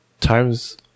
times